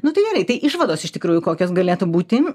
nu tai gerai tai išvados iš tikrųjų kokios galėtų būti